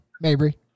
Mabry